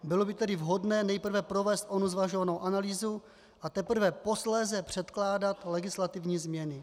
Bylo by tedy vhodné nejprve provést onu zvažovanou analýzu, a teprve posléze předkládat legislativní změny.